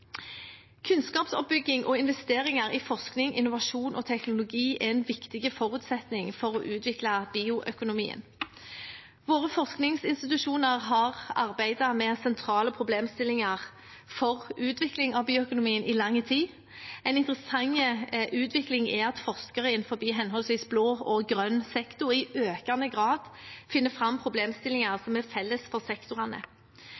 Kunnskapsoppbygging og investering i forskning, innovasjon og teknologi er en viktig forutsetning for å utvikle bioøkonomien. Våre forskningsinstitusjoner har arbeidet med sentrale problemstillinger for utvikling av bioøkonomien i lang tid. En interessant utvikling er at forskere innenfor henholdsvis blå og grønn sektor i økende grad finner fram problemstillinger